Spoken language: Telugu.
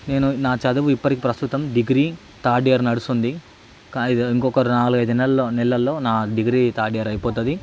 నేను నా చదువు ఇప్పటికి ప్రస్తుతం డిగ్రీ థర్డ్ ఇయర్ నడుస్తుంది కాని ఇంకొక నాలుగైదు నెల నెలల్లో నా డిగ్రీ థర్డ్ ఇయర్ అయిపోతుంది